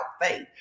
faith